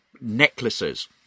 necklaces